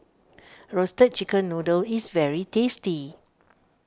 Roasted Chicken Noodle is very tasty